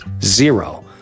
Zero